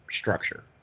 structure